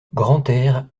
grantaire